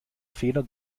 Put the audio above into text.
feder